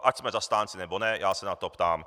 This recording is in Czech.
Ať jsme zastánci, nebo ne, já se na to ptám.